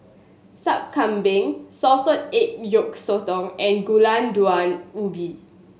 Sup Kambing salted egg yolk sotong and Gulai Daun Ubi